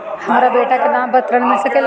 हमरा बेटा के नाम पर ऋण मिल सकेला?